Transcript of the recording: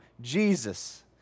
Jesus